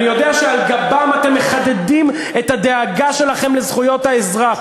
אני יודע שעל גבם אתם מחדדים את הדאגה שלכם לזכויות האזרח,